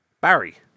Barry